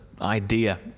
idea